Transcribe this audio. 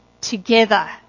together